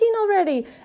already